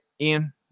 Ian